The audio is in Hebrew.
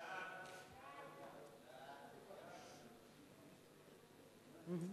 ההצעה להעביר את הצעת חוק הרשות הארצית לכבאות